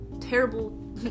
terrible